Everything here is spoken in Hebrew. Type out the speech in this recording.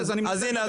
אז הנה,